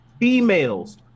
females